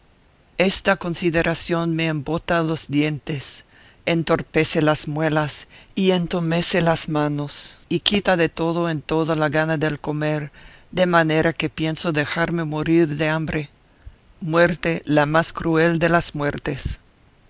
esta consideración me embota los dientes entorpece las muelas y entomece las manos y quita de todo en todo la gana del comer de manera que pienso dejarme morir de hambre muerte la más cruel de las muertes